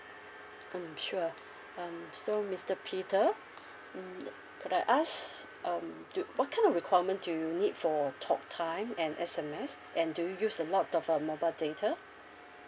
mm sure um so mister peter mm could I ask um d~ what kind of requirement do you need for talk time and S_M_S and do you use a lot of uh mobile data